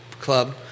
club